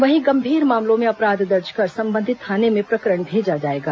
वहीं गंभीर मामलों में अपराध दर्ज कर संबंधित थाने में प्रकरण भेजा जाएगा